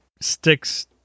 sticks